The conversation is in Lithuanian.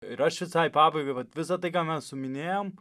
ir aš visai pabaigai vat visa tai ką mes suminėjom